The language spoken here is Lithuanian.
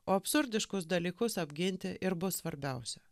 o absurdiškus dalykus apginti ir bus svarbiausia